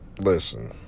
listen